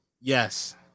Yes